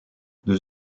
deux